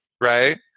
right